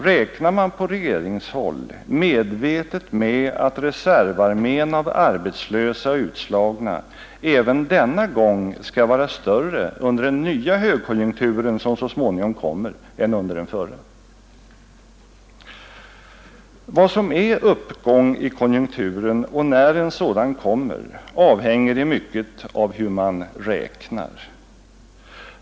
Räknar man på regeringshåll medvetet med att reservarmén av arbetslösa och utslagna även denna gång skall vara större under den nya högkonjunkturen, som så småningom kommer, än under den förra? Vad som är uppgång i konjunkturen och när en sådan kommer avhänger i mycket av hur man räknar.